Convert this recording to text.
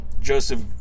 joseph